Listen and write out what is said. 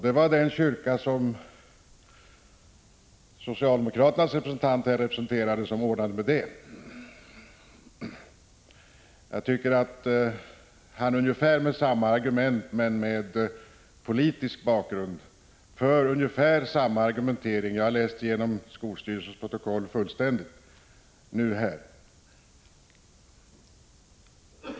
Det var den kyrka som socialdemokraternas representant i debatten representerar som beordrade det. Jag tycker att Torgny Larsson ungefär med samma argument, men med politisk bakgrund, för argumentationen här — jag har läst skolstyrelsens protokoll fullständigt.